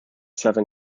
seven